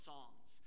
Songs